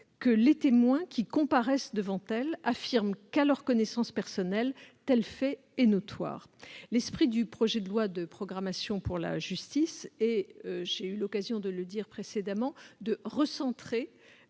que les témoins qui comparaissent devant elle affirment qu'à leur connaissance personnelle tel fait est notoire. L'esprit du projet de loi de programmation pour la justice est, j'ai eu l'occasion de le dire précédemment, de recentrer